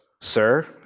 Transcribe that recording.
sir